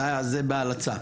זה בהלצה.